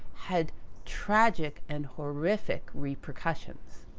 had tragic and horrific repercussions.